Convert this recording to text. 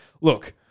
look